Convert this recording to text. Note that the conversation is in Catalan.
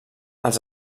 els